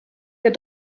der